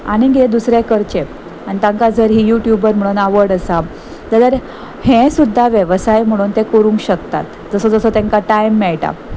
आनी कितें दुसरें करचें आनी तांकां जर ही यूट्यूबर म्हणून आवड आसा जाल्यार हें सुद्दां वेवसाय म्हणून ते करूंक शकतात जसो जसो तांकां टायम मेळटा